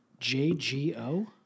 JGO